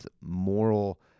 moral